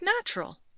natural